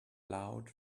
loud